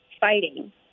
Fighting